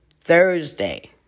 Thursday